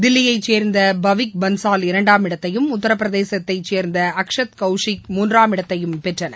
தில்லியைச்சேர்ந்த பவித் பன்சால் இரண்டாவது இடத்தையும் உத்தரப்பிரதேசத்தை சேர்ந்த அக்ஷத் கவுசிக மூன்றாம் இடத்தையும் பெற்றனர்